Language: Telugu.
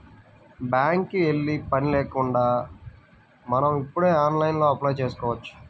బ్యేంకుకి యెల్లే పని కూడా లేకుండా మనం ఇప్పుడు ఆన్లైన్లోనే అప్లై చేసుకోవచ్చు